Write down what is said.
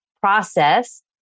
process